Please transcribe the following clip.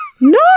No